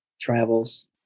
travels